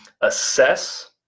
assess